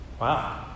Wow